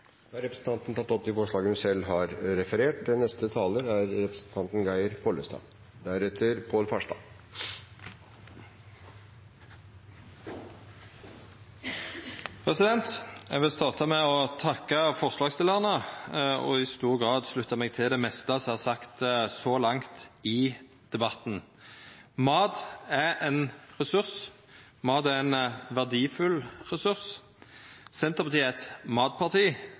Eg vil starta med å takka forslagsstillarane og i stor grad slutta meg til det meste som er sagt så langt i debatten. Mat er ein ressurs. Mat er ein verdifull ressurs. Senterpartiet er eit matparti,